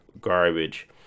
garbage